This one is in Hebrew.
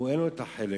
אין לו החלק,